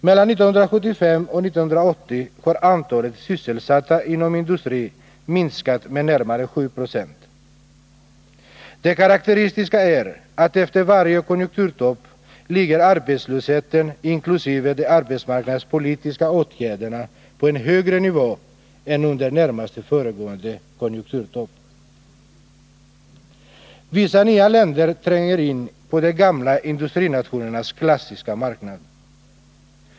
Mellan 1975 och 1980 har antalet sysselsatta inom industrin minskat med närmare 7 20. Det karakteristiska är att efter varje konjunkturtopp ligger arbetslösheten inkl. de arbetsmarknadspolitiska åtgärderna på en högre nivå än under närmast föregående konjunkturtopp. Vissa nya länder tränger in på de gamla industrinationernas klassiska marknad.